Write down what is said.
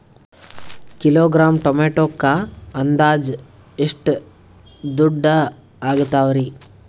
Kilogram ಟೊಮೆಟೊಕ್ಕ ಅಂದಾಜ್ ಎಷ್ಟ ದುಡ್ಡ ಅಗತವರಿ?